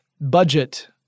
budget